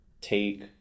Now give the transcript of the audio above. take